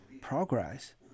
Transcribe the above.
progress